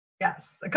yes